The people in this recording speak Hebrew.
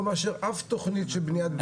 מאשר אף תכנית של בנית בית-ספר בלי מגרשי ספורט.